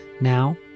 Now